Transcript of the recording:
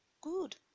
Good